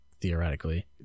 theoretically